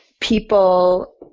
People